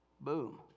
Boom